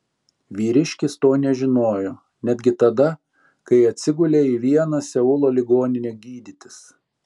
vyriškis to nežinojo netgi tada kai atsigulė į vieną seulo ligoninę gydytis